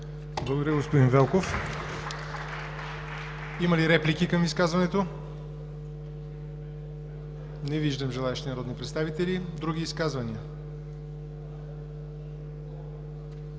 Благодаря, господин Велков. Има ли реплики към изказването? Не виждам желаещи народни представители. Други изказвания? Заповядайте,